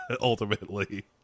ultimately